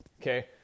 Okay